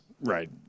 right